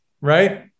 right